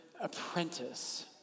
apprentice